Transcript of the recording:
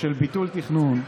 של ביטול תכנון,